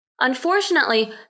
Unfortunately